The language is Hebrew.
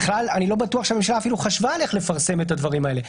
בכלל אני לא בטוח שהממשלה אפילו חשבה איך לפרסם את הדברים האלה.